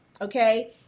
okay